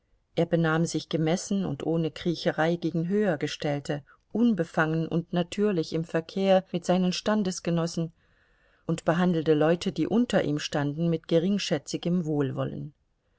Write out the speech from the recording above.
er benahm sich gemessen und ohne kriecherei gegen höhergestellte unbefangen und natürlich im verkehr mit seinen standesgenossen und behandelte leute die unter ihm standen mit geringschätzigem wohlwollen